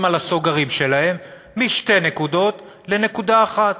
בסוגרים שלהם משתי נקודות לנקודה אחת.